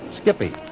Skippy